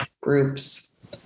groups